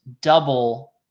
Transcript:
double